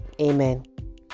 amen